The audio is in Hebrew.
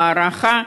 בהערכה,